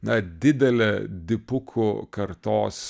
na didelė dipukų kartos